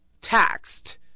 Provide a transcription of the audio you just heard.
taxed